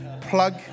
plug